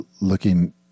looking